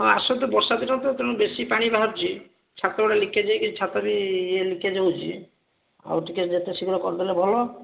ହଁ ଆସନ୍ତୁ ବର୍ଷାଦିନ ତ ତେଣୁ ବେଶୀ ପାଣି ବାହାରୁଛି ଛାତ ଗୁଡ଼ା ଲିକେଜ୍ ହେଇକି ଛାତ ବି ଇଏ ଲିକେଜ୍ ହେଉଛି ଆଉ ଟିକିଏ ଯେତେ ଶୀଘ୍ର କରିଦେଲେ ଭଲ